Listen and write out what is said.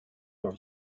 leurs